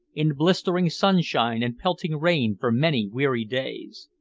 in blistering sunshine and pelting rain for many weary days.